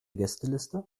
gästeliste